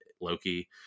Loki